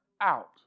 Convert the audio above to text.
out